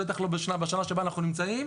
בטח לא בשנה שבה אנחנו נמצאים,